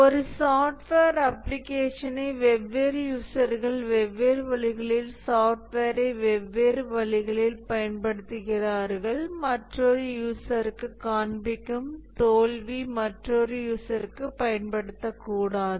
ஒரு சாப்ட்வேர் அப்பிளிகேஷனை வெவ்வேறு யூசர்கள் வெவ்வேறு வழிகளில் சாஃப்ட்வேரை வெவ்வேறு வழிகளில் பயன்படுத்துகிறார்கள் மற்றொரு யூசருக்குக் காண்பிக்கும் தோல்வி மற்றொரு யூசருக்குப் பயன்படுத்தக்கூடாது